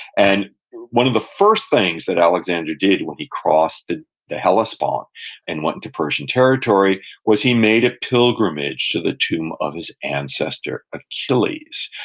and one of the first things that alexander did when he crossed the the hellespont and went into persian territory was he made a pilgrimage to the tomb of his ancestor achilles.